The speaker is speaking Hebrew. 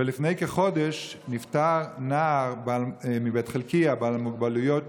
ולפני כחודש נפטר נער מבית חלקיה עם מוגבלויות